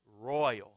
royal